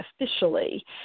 officially